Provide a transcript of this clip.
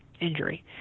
injury